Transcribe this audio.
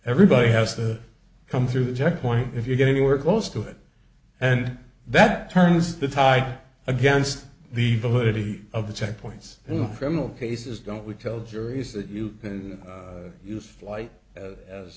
everybody has to come through the checkpoint if you get anywhere close to it and that turns the tide against the validity of the checkpoints and criminal cases don't we kill juries that you use flight as